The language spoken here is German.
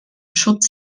schutz